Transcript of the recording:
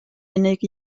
unig